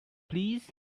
please